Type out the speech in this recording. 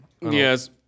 Yes